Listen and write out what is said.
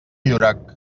llorac